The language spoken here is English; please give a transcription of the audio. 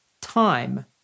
Time